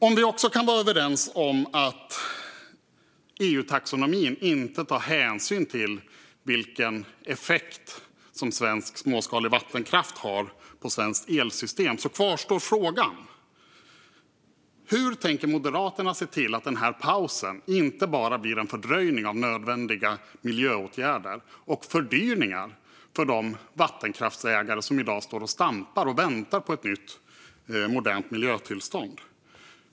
Om vi kan vara överens om att EU-taxonomin inte tar hänsyn till vilken effekt som svensk småskalig vattenkraft har på det svenska elsystemet kvarstår frågan: Hur tänker Moderaterna se till att pausen inte bara blir en fördröjning av nödvändiga miljöåtgärder, med fördyringar för de vattenkraftsägare som i dag står och stampar och väntar på ett nytt, modernt miljötillstånd?